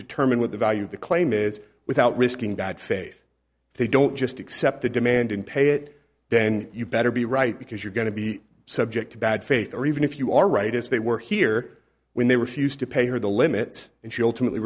determine what the value of the claim is without risking bad faith they don't just accept the demand and pay it then you better be right because you're going to be subject to bad faith or even if you are right if they were here when they refused to pay her the limit and she ultim